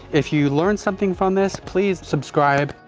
if you learn something from this please subscribe,